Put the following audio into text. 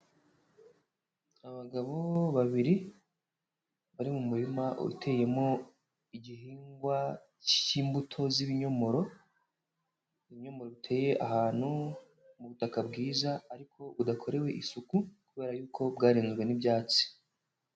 Abagabo babiri bari mu murima uteyemo igihingwa k'imbuto z'ibinyomoro, ibinyomoro biteye ahantu mu butaka bwiza ariko budakorewe isuku kubera yuko bwarenzwe n'ibyatsi.